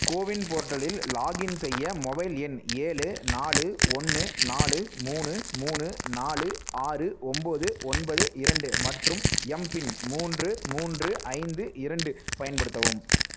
CoWIN போர்ட்டலில் login செய்ய mobile எண் ஏழு நாலு ஒன்று நாலு மூணு மூணு நாலு ஆறு ஒம்பது ஒன்பது இரண்டு மற்றும் எம்பின் மூன்று மூன்று ஐந்து இரண்டு பயன்படுத்தவும்